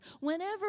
whenever